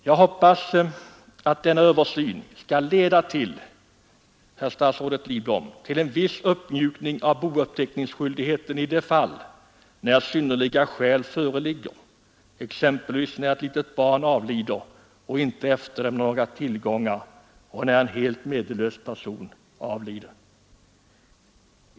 Jag hoppas, herr statsrådet Lidbom, att denna översyn skall leda till en viss uppmjukning av bouppteckningsskyldigheten i de fall där synnerliga skäl föreligger, exempelvis när ett litet barn avlider och inte efterlämnar några tillgångar och när en helt meddellös person avlider.